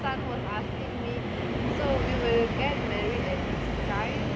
sun was asking me so we will get married and